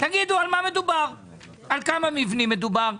תגידו על מה מדובר; על כמה מבנים מדובר?